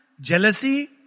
jealousy